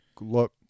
look